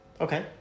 Okay